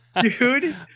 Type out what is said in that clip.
dude